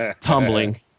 tumbling